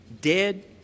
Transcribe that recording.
Dead